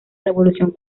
revolución